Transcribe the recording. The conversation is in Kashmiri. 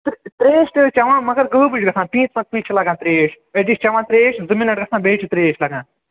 تہٕ ترٛیش تہِ حظ چٮ۪وان مَگر غٲبٕے چھِ گژھان پیٖنٛتہِ پَتہٕ چھِ لَگان ترٛیش أتی چھِ چٮ۪وان ترٛیش زٕ مِنٹ گَژھان بیٚیہِ چھِ ترٛیش لَگان